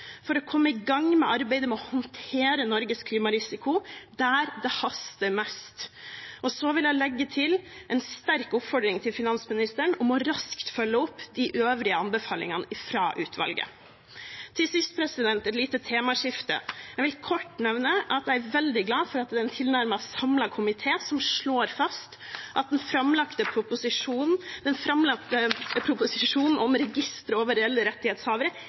for å komme i gang med arbeidet med å håndtere Norges klimarisiko, der det haster mest. Så vil jeg legge til en sterk oppfordring til finansministeren om raskt å følge opp de øvrige anbefalingene fra utvalget. Til sist et lite temaskifte. Jeg vil kort nevne at jeg er veldig glad for at det er en tilnærmet samlet komité som slår fast at den framlagte proposisjonen om register over reelle rettighetshavere